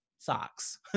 socks